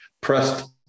pressed